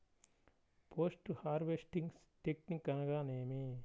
Post harvesting technique అనగా నేమి?